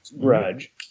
grudge